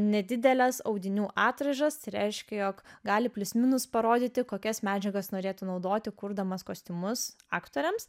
nedideles audinių atraižas tai reiškia jog gali plius minus parodyti kokias medžiagas norėtų naudoti kurdamas kostiumus aktoriams